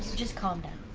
just calm down.